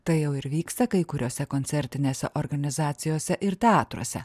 tai jau ir vyksta kai kuriose koncertinėse organizacijose ir teatruose